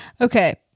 Okay